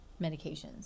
medications